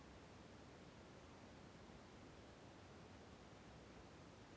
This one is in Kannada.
ಪಶುಸಂಗೋಪನೆಯಲ್ಲಿ ರೈತರಿಗೆ ಆಗುವಂತಹ ಅನುಕೂಲಗಳು?